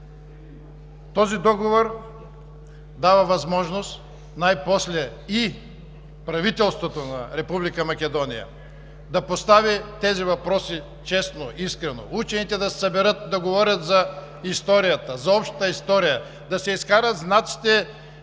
Този договор дава възможност най-после и правителството на Република Македония да постави тези въпроси честно, искрено, учените да се съберат да говорят за общата история, да се изкарат знаците